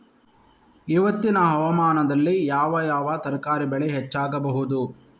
ಇವತ್ತಿನ ಹವಾಮಾನದಲ್ಲಿ ಯಾವ ಯಾವ ತರಕಾರಿ ಬೆಳೆ ಹೆಚ್ಚಾಗಬಹುದು?